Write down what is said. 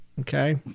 Okay